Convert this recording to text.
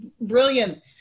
brilliant